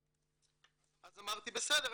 אז אמרתי "בסדר,